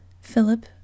Philip